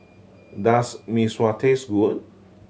does Mee Sua taste wood